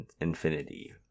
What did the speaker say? infinity